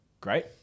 great